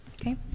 Okay